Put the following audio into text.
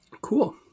Cool